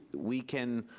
we can